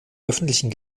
öffentlichen